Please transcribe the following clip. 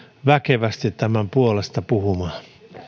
väkevästi tämän puolesta puhumaan